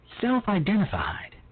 self-identified